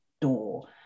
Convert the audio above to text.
door